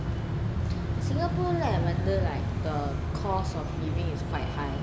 singapore lah வந்து:vanthu I wonder like the cost of living is quite high